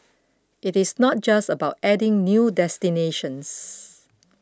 it is not just about adding new destinations